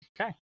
Okay